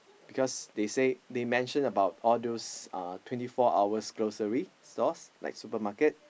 because they say they mention about all those uh twenty four hours grocery stalls like supermarket